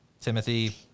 Timothy